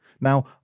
Now